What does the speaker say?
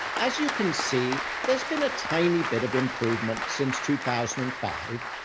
as you can see, there's been a tiny bit of improvement since two thousand and five,